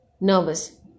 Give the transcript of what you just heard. nervous